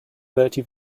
thirty